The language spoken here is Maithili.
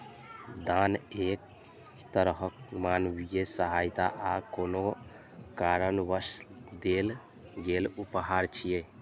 दान एक तरहक मानवीय सहायता आ कोनो कारणवश देल गेल उपहार छियै